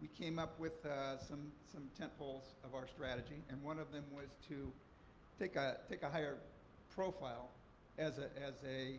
we came up with some some temples of our strategy and one of them was to take ah take a higher profile as ah as a